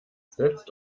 setzt